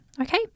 Okay